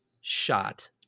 shot